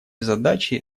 задачи